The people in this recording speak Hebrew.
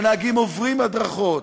שהנהגים עוברים הדרכות,